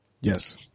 Yes